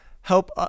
help